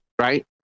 right